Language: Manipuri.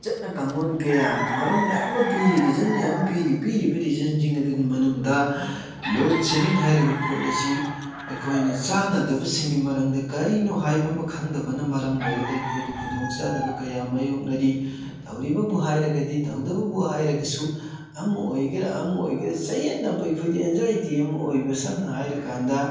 ꯆꯠꯅ ꯀꯥꯡꯂꯣꯟ ꯀꯌꯥ ꯃꯔꯝ ꯃꯌꯥꯝ ꯑꯃ ꯄꯤꯔꯤ ꯔꯤꯖꯟ ꯃꯌꯥꯝ ꯄꯤꯔꯤ ꯄꯤꯔꯤꯕ ꯔꯤꯖꯟꯁꯤꯡ ꯑꯗꯨꯒꯤ ꯃꯅꯨꯡꯗ ꯂꯣꯗ ꯁꯦꯗꯤꯡ ꯍꯥꯏꯔꯤꯕ ꯄꯣꯠ ꯑꯁꯤ ꯑꯩꯈꯣꯏꯅ ꯆꯥꯟꯅꯗꯕ ꯁꯤꯡꯒꯤ ꯃꯔꯝꯗ ꯀꯔꯤꯅꯣ ꯍꯥꯏꯕ ꯑꯃ ꯈꯪꯗꯕꯅ ꯃꯔꯝ ꯑꯣꯏꯔꯒ ꯑꯩꯈꯣꯏꯗ ꯈꯨꯗꯣꯡ ꯆꯥꯗꯕ ꯀꯌꯥ ꯃꯥꯏꯌꯣꯛꯅꯔꯤ ꯇꯧꯔꯤꯕꯕꯨ ꯍꯥꯏꯔꯒꯗꯤ ꯇꯧꯗꯕꯕꯨ ꯍꯥꯏꯔꯒꯁꯨ ꯑꯃ ꯑꯣꯏꯒꯦꯔꯥ ꯑꯃ ꯑꯣꯏꯒꯦꯔꯥ ꯆꯌꯦꯠꯅꯕ ꯑꯩꯈꯣꯏꯗ ꯑꯦꯟꯖꯥꯏꯇꯤ ꯑꯃ ꯑꯣꯏꯕ ꯁꯝꯅ ꯍꯥꯏꯔ ꯀꯥꯟꯗ